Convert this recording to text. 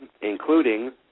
including